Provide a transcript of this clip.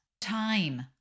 Time